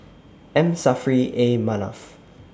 M Saffri A Manaf